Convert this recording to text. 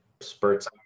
spurts